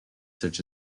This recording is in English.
such